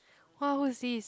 !wah! who is this